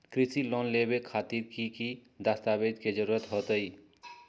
कृषि लोन लेबे खातिर की की दस्तावेज के जरूरत होतई?